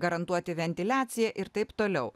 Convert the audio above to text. garantuoti ventiliacija ir taip toliau